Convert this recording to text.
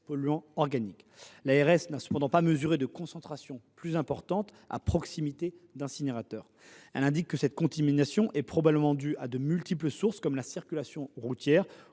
polluants organiques. L’ARS n’a cependant pas mesuré de concentrations plus importantes à proximité d’incinérateurs. Elle indique que cette contamination est probablement due à de multiples sources, comme la circulation routière ou